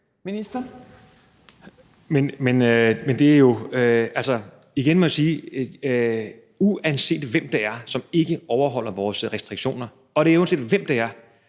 (Magnus Heunicke): Igen må jeg sige: Uanset hvem det er, som ikke overholder vores restriktioner – og det er, uanset hvem det er